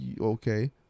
Okay